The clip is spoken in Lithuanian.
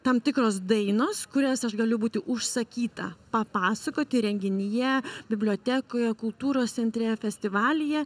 tam tikros dainos kurias aš galiu būti užsakyta papasakoti renginyje bibliotekoje kultūros centre festivalyje